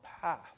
path